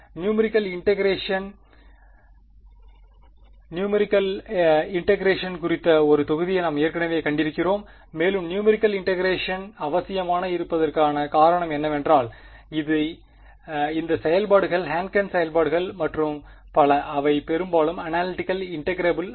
numerical integration numerical integration குறித்த ஒரு தொகுதியை நாம் ஏற்கனவே கண்டிருக்கிறோம் மேலும் நியூமெரிகள் இன்டெகிரேஷன் அவசியமாக இருப்பதற்கான காரணம் என்னவென்றால் இந்த செயல்பாடுகள் ஹான்கெல் செயல்பாடுகள் மற்றும் பல அவை பெரும்பாலும் அனாலிட்டிக்கல் இன்டெகிரபில் அல்ல